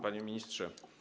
Panie Ministrze!